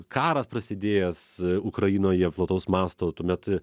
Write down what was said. karas prasidėjęs ukrainoje plataus masto tuomet